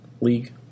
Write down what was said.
league